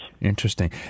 Interesting